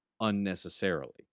unnecessarily